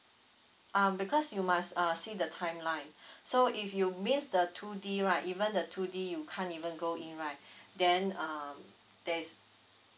um because you must uh see the timeline so if you miss the two D right even the two D you can't even go in right then um there is